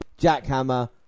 jackhammer